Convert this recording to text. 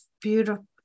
beautiful